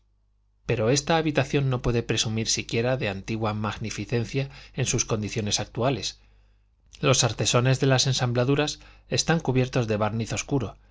pero esta habitación no puede presumir siquiera de antigua magnificencia en sus condiciones actuales los artesones de la ensambladura están cubiertos de barniz obscuro